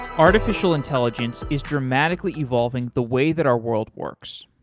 artificial intelligence is dramatically evolving the way that our world works,